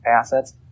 assets